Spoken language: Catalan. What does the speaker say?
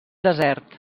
desert